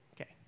Okay